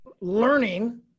learning